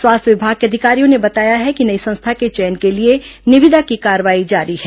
स्वास्थ्य विभाग के अधिकारियों ने बताया कि नई संस्था के चयन के लिए निविदा की कार्रवाई जारी है